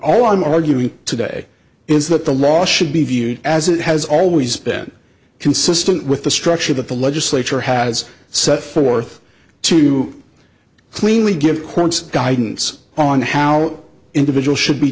arguing today is that the law should be viewed as it has always been consistent with the structure that the legislature has set forth to cleanly give courts guidance on how individual should be